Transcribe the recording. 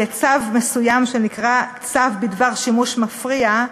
לצו מסוים שנקרא "צו בדבר שימוש מפריע",